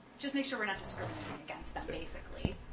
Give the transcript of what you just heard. just make sure we're not discriminating against them, basically.